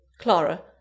Clara